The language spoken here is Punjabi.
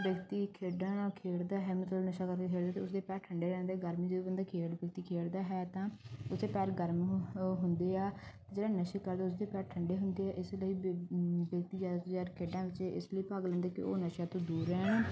ਵਿਅਕਤੀ ਖੇਡਾਂ ਨਾਲ ਖੇਡਦਾ ਹੈ ਮਤਲਵ ਨਸ਼ਾ ਕਰਕੇ ਖੇਡਦੇ ਤਾਂ ਉਸਦੇ ਪੈਰ ਠੰਡੇ ਰਹਿੰਦੇ ਗਰਮ ਜਦੋਂ ਬੰਦਾ ਖੇਡ ਪ੍ਰਤੀ ਖੇਡਦਾ ਹੈ ਤਾਂ ਉਸਦੇ ਪੈਰ ਗਰਮ ਹੁੰਦੇ ਆ ਜਿਹੜਾ ਨਸ਼ੇ ਕਰਦਾ ਉਸਦੇ ਪੈਰ ਠੰਡੇ ਹੁੰਦੇ ਆ ਇਸ ਲਈ ਵਿਅ ਵਿਅਕਤੀ ਜ਼ਿਆਦਾ ਤੋਂ ਜ਼ਿਆਦਾ ਖੇਡਾਂ ਵਿੱਚ ਇਸ ਲਈ ਭਾਗ ਲੈਂਦਾ ਕਿ ਉਹ ਨਸ਼ਿਆ ਤੋਂ ਦੂਰ ਰਹਿਣ